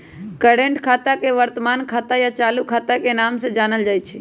current खाता के वर्तमान खाता या चालू खाता के नाम से जानल जाई छई